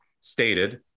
stated